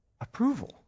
approval